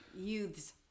youths